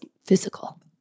physical